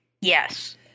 Yes